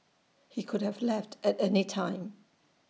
he could have left at any time